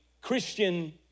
Christian